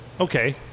okay